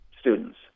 students